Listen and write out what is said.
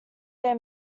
their